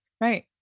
Right